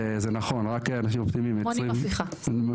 זה נכון, רק אנשים אופטימיים מייצרים מהפכות,